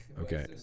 Okay